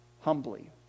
humbly